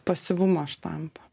pasyvumo štampą